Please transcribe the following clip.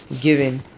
given